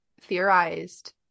theorized